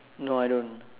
no I don't